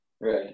Right